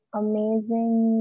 amazing